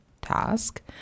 task